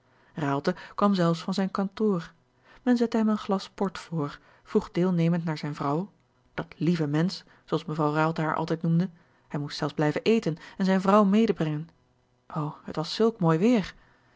kwam zelfs van zijn kantoor men zette hem een glas port voor vroeg deelnemend naar zijne vrouw dat lieve mensch zooals mevrouw raalte haar altijd noemde hij moest zelfs blijven eten en zijne vrouw medebrengen o het was zulk mooi weêr